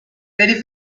ferry